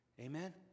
Amen